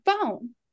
phone